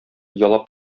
ялап